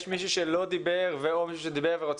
האם יש מישהו שלא דיבר או שדיבר ורוצה